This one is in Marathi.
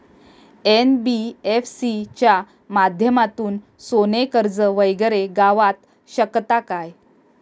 एन.बी.एफ.सी च्या माध्यमातून सोने कर्ज वगैरे गावात शकता काय?